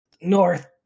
north